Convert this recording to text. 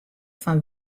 fan